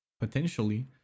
Potentially